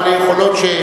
בעלי יכולת,